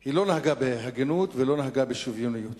היא לא נהגה בהגינות ולא נהגה בשוויוניות.